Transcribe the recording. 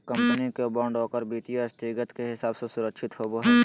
company के bond ओकर वित्तीय स्थिति के हिसाब से सुरक्षित होवो हइ